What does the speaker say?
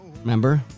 Remember